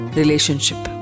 relationship